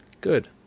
Good